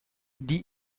die